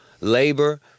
labor